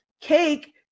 cake